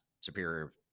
superior